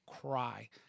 cry